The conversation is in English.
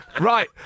Right